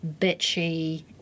bitchy